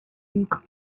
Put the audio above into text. thick